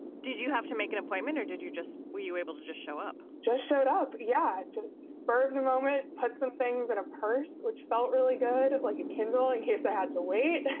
did you have to make an appointment or did you just. were you able to just show up? just showed up? yeah. just a spur of the moment, put some things in a purse, which felt really good, like a kindle in case i had to wait.